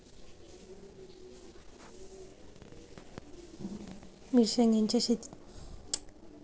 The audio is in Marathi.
मिर्षागेंच्या शेतीखाती कसली सिंचन पध्दत बरोबर आसा?